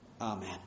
Amen